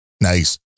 nice